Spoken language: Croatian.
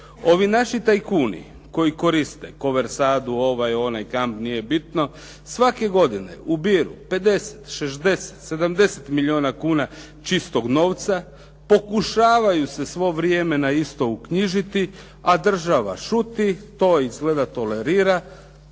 Ovi naši tajkuni koji koriste …/Govornik se ne razumije./… ovaj, onaj kamp, nije bitno, svake godine ubiru, 50, 60, 70 milijuna kuna čistog novca, pokušavaju se svo vrijeme na isto uknjižiti a država žuti, to izgleda tolerira